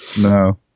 No